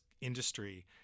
industry